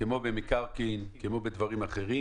כמו במקרקעין, כמו בדברים אחרים?